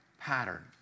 pattern